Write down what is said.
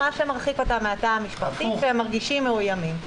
מה שמרחיק אותם מהתא המשפחתי כשהם מרגישים מאוימים.